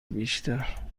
بیشتر